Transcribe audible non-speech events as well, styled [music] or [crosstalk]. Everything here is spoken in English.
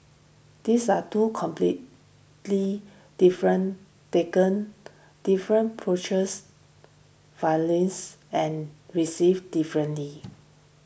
these are two completely different taken different approaches [unintelligible] and received differently